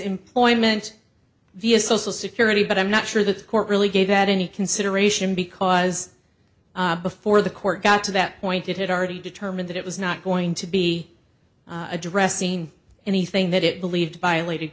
employment via social security but i'm not sure that the court really gave that any consideration because before the court got to that point it had already determined that it was not going to be addressing anything that it believed